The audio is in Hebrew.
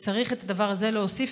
צריך את הדבר הזה להוסיף,